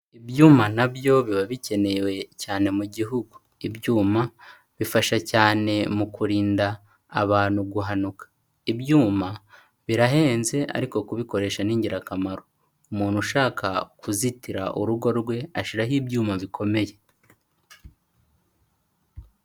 Ibyuma na byo biba bikenewe cyane mu gihugu. Ibyuma bifasha cyane mu kurinda abantu guhanuka. Ibyuma birahenze ariko kubikoresha ni ingirakamaro. Umuntu ushaka kuzitira urugo rwe, ashyiraho ibyuma bikomeye.